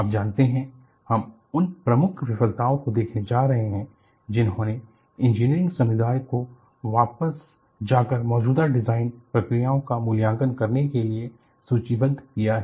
आप जानते हैं हम उन प्रमुख विफलताओं को देखने जा रहे हैं जिन्होंने इंजीनियरिंग समुदाय को वापस जाकर मौजूदा डिजाइन प्रक्रियाओं का मूल्यांकन करने के लिए सूचीबद्ध किया है